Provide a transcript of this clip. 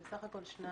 בסך הכול שניים.